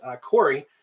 Corey